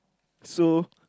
so